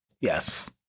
yes